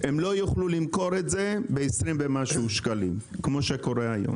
לא יוכלו למכור את זה בעשרים ומשהו שקלים כפי שקורה היום.